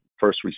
first